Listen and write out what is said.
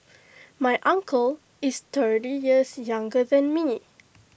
my uncle is thirty years younger than me